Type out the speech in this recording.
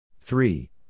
Three